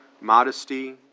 modesty